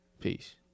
Peace